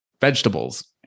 vegetables